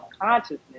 consciousness